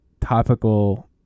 topical